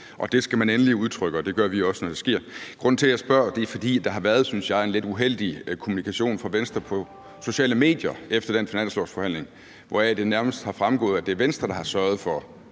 det skal man endelig udtrykke, og det gør vi også, når det sker. Grunden til, at jeg spørger, er, at der har været, synes jeg, en lidt uheldig kommunikation fra Venstre på sociale medier efter den finanslovsforhandling, hvoraf det nærmest har fremgået, at det er Venstre, der har sørget for,